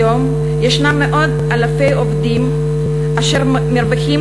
כיום ישנם מאות אלפי עובדים אשר מרוויחים